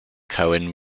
cohen